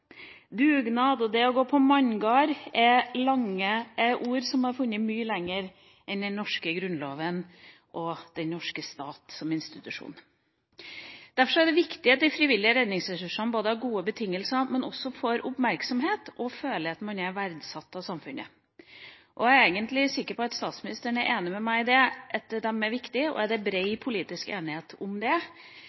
og det å «gå manngard» er ord og uttrykk som har funnes mye lenger enn den norske grunnloven og den norske staten som institusjon. Derfor er det viktig at de frivillige redningsressursene både har gode betingelser og får oppmerksomhet og føler at de er verdsatt av samfunnet. Jeg er egentlig sikker på at statsministeren er enig med meg i at de er viktige, og at det er bred politisk enighet om det,